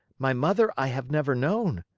my mother i have never known.